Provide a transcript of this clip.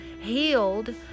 healed